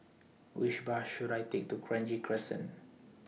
Which Bus should I Take to Kranji Crescent